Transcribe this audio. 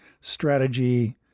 strategy